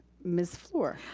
miss fluor.